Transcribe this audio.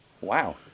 wow